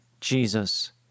Jesus